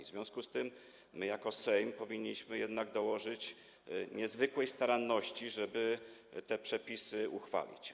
W związku z tym my jako Sejm powinniśmy jednak dołożyć niezwykłej staranności, żeby te przepisy uchwalić.